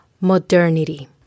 modernity